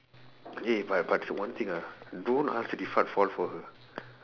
eh but but one thing ah don't ask fall for her